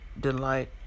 delight